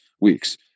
week's